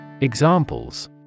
Examples